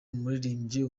umuririmbyi